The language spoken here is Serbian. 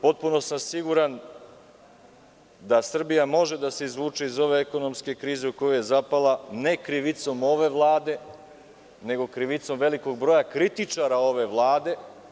Potpuno sam siguran da Srbija može da se izvuče iz ove ekonomske krize u koju je zapala, ne krivicom ove Vlade, nego krivicom velikog broja kritičara ove Vlade.